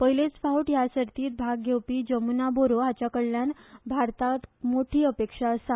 पयलेच फावट ह्या सर्तीत भाग घेवपी जमूना बोरो हाच्याकडल्यान भारताक मोठी अपेक्षा आसा